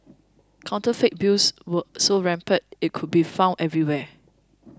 counterfeit bills were so rampant it could be found everywhere